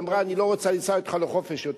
היא אמרה: אני לא רוצה לנסוע אתך לחופש יותר.